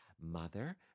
Mother